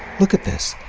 look at this.